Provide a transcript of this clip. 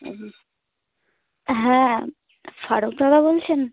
হুম হ্যাঁ স্বরূপ দাদা বলছেন